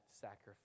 sacrifice